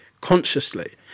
consciously